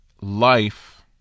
life